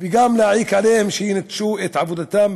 ולא להעיק עליהם שינטשו את עבודתם,